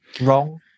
wrong